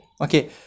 okay